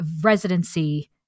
residency